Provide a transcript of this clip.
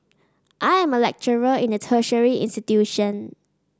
I am a lecturer in a tertiary institution